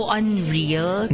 unreal